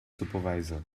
supervisor